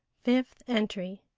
fifth entry